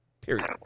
Period